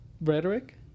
rhetoric